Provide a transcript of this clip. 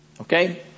Okay